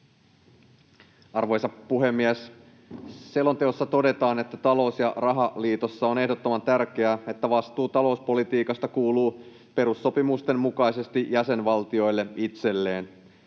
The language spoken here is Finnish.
Arvoisa puhemies! Selonteossa todetaan, että talous- ja rahaliitossa on ehdottoman tärkeää, että vastuu talouspolitiikasta kuuluu perussopimusten mukaisesti jäsenvaltioille itselleen.